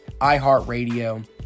iHeartRadio